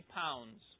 pounds